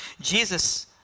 Jesus